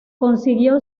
consiguió